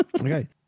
Okay